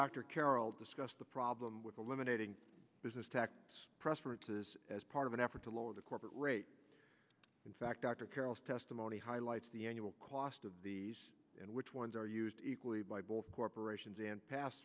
carroll discussed the problem with eliminating business tax preferences as part of an effort to lower the corporate rate in fact dr carroll's testimony highlights the annual cost of these and which ones are used equally by both corporations and pass